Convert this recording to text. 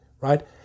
Right